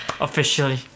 officially